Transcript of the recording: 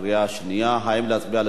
האם להצביע בשלישית, אדוני?